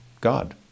God